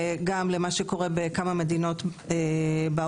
וגם למה שקורה בכמה מדינות בעולם.